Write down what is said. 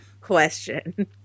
question